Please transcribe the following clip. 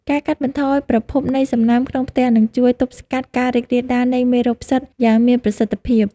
ការកាត់បន្ថយប្រភពនៃសំណើមក្នុងផ្ទះនឹងជួយទប់ស្កាត់ការរីករាលដាលនៃមេរោគផ្សិតយ៉ាងមានប្រសិទ្ធភាព។